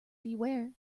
beware